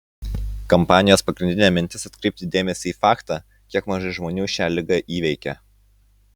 kampanijos pagrindinė mintis atkreipti dėmesį į faktą kiek mažai žmonių šią ligą įveikia